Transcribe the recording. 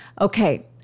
Okay